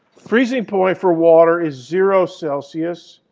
freezing point for water is zero celsius,